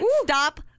stop